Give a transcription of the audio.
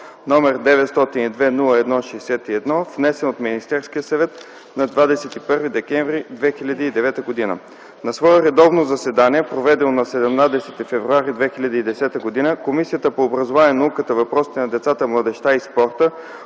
No 902-01-61, внесен от Министерския съвет на 21 декември 2009 г. На свое редовно заседание, проведено на 17 февруари 2010 г., Комисията по образованието, науката, въпросите на децата, младежта и спорта,